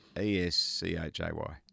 E-S-C-H-A-Y